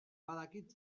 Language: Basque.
badakit